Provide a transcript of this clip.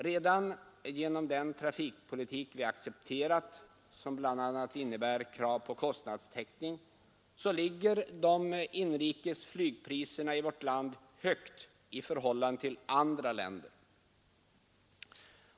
Redan genom den trafikpolitik vi accepterat, som bl.a. innebär krav på kostnadstäckning, ligger de inrikes flygpriserna i vårt land högt i förhållande till andra länders.